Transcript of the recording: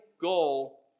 goal